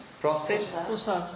Prostate